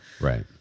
Right